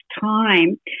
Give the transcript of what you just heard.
time